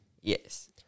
Yes